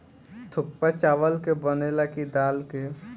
थुक्पा चावल के बनेला की दाल के?